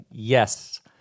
Yes